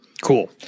Cool